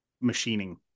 machining